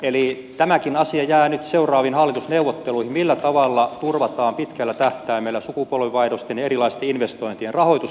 eli tämäkin asia jää nyt seuraaviin hallitusneuvotteluihin millä tavalla turvataan pitkällä tähtäimellä sukupolvenvaihdosten ja erilaisten investointien rahoitus